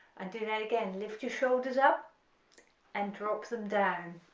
and do that again lift your shoulders up and drop them down,